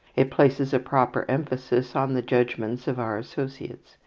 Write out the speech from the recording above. it places a proper emphasis on the judgments of our associates,